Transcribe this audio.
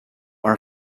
our